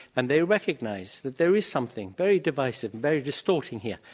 and they recognize that there is something very divisive and very distorting here.